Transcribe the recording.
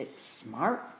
smart